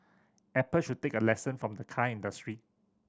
apple should take a lesson from the car industry